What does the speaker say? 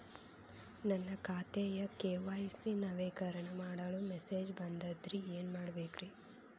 ನನ್ನ ಖಾತೆಯ ಕೆ.ವೈ.ಸಿ ನವೇಕರಣ ಮಾಡಲು ಮೆಸೇಜ್ ಬಂದದ್ರಿ ಏನ್ ಮಾಡ್ಬೇಕ್ರಿ?